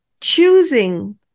choosing